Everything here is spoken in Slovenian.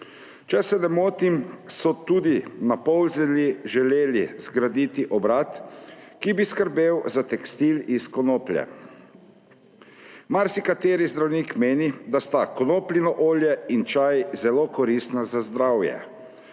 Če se ne motim, so tudi na Polzeli želeli zgraditi obrat, ki bi skrbel za tekstil iz konoplje. Marsikateri zdravnik meni, da sta konopljino olje in čaj zelo koristna za zdravje.